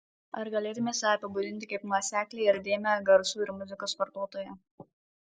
ar galėtumei save apibūdinti kaip nuoseklią ir įdėmią garsų ir muzikos vartotoją